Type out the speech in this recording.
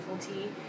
tea